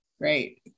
Great